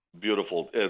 Beautiful